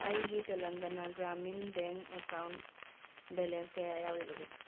ꯑꯩꯒꯤ Telangana Grameen bank account balance ꯀꯌꯥ ꯌꯥꯎꯔꯤꯕꯒꯦ